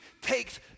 takes